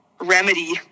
remedy